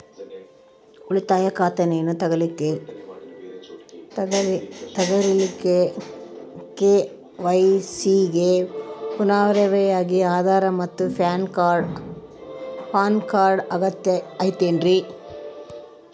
ಉಳಿತಾಯ ಖಾತೆಯನ್ನ ತೆರಿಲಿಕ್ಕೆ ಕೆ.ವೈ.ಸಿ ಗೆ ಪುರಾವೆಯಾಗಿ ಆಧಾರ್ ಮತ್ತು ಪ್ಯಾನ್ ಕಾರ್ಡ್ ಅಗತ್ಯ ಐತೇನ್ರಿ?